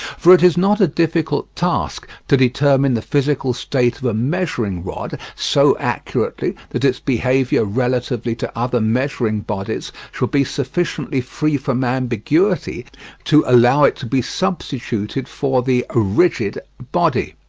for it is not a difficult task to determine the physical state of a measuring-rod so accurately that its behaviour relatively to other measuring-bodies shall be sufficiently free from ambiguity to allow it to be substituted for the rigid body.